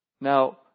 Now